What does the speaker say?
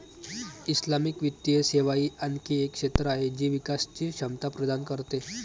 Islamic वित्तीय सेवा ही आणखी एक क्षेत्र आहे जी विकासची क्षमता प्रदान करते